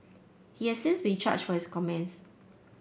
he has since been charged for his comments